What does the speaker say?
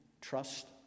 trust